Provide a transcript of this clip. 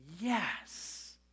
Yes